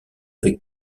avec